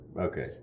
Okay